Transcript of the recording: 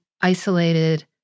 isolated